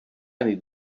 need